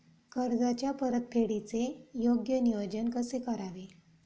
कर्जाच्या परतफेडीचे योग्य नियोजन कसे करावे?